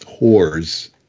whores